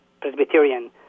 Presbyterian